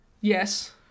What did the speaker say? Yes